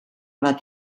bat